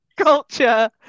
culture